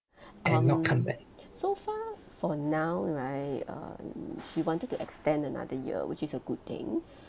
and so far for now right err she wanted to extend another year which is a good thing